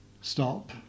stop